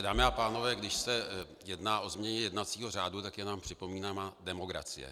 Dámy a pánové, když se jedná o změně jednacího řádu, tak je nám připomínána demokracie.